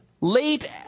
Late